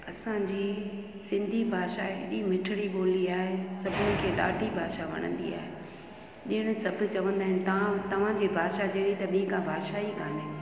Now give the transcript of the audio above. असांजी सिंधी भाषा हेॾी मिठिड़ी बोली आहे सभिनिनि खे ॾाढी भाषा वणंदी आहे ॼण सभु चवंदा आहिनि तव्हां तव्हांजी भाषा जहिड़ी त ॿीं का भाषा ई कान्हे